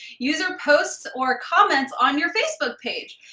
user posts or comments on your facebook page.